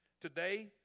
Today